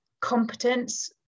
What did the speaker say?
competence